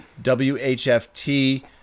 WHFT